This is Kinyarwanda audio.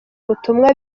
ubutumwa